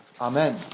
Amen